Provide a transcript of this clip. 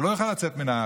שהוא לא יוכל לצאת מהארץ,